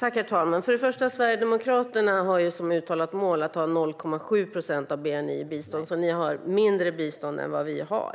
Herr talman! För det första har Sverigedemokraterna som uttalat mål att ha 0,7 procent av bni i bistånd. Ni har alltså mindre i bistånd än vad vi har.